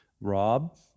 Rob